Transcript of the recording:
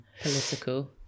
Political